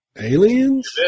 Aliens